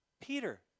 Peter